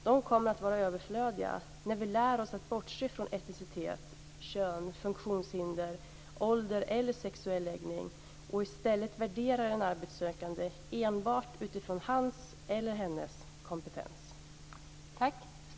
De kommer att vara överflödiga när vi lär oss att bortse från etnicitet, kön, funktionshinder, ålder eller sexuell läggning och i stället värderar en arbetssökande enbart utifrån hans eller hennes kompetens.